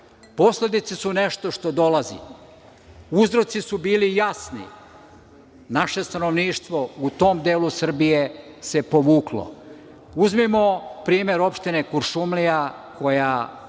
Posledice su nešto što dolazi. Uzroci su bili jasni. Naše stanovništvo u tom delu Srbije se povuklo. Uzmimo primer opštine Kuršumlija koja